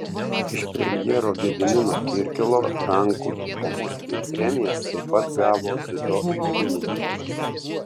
iš premjero gedimino kirkilo rankų diplomus ir premijas taip pat gavo dziudo imtynininkai